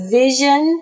vision